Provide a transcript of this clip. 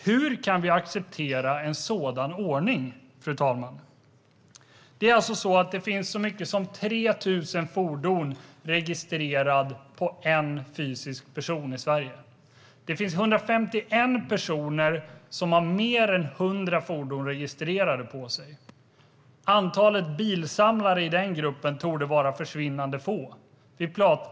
Hur kan vi acceptera en sådan ordning, fru talman? Så mycket som 3 000 fordon finns registrerade på en fysisk person i Sverige, och 151 personer har mer än 100 fordon registrerade på sig. Antalet bilsamlare i den gruppen torde vara försvinnande litet.